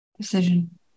decision